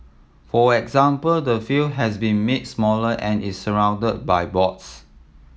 for example the field has been made smaller and is surrounded by boards